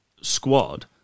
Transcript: squad